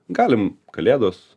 galim kalėdos